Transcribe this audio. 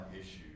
issue